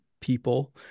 people